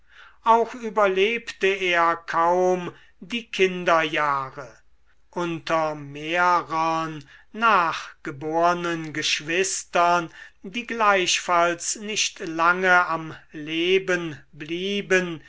auch überlebte er kaum die kinderjahre unter mehrern nachgebornen geschwistern die gleichfalls nicht lange am leben blieben